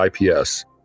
IPS